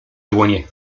dłonie